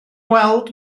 weld